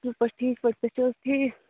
اصل پٲٹھۍ ٹھیٖک پٲٹھۍ تُہۍ چھِو حظ ٹھیٖک